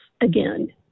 again